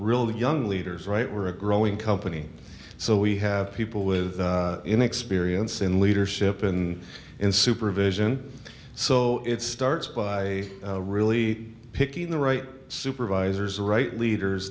really young leaders right we're a growing company so we have people with in experience in leadership and in supervision so it starts by really picking the right supervisors the right leaders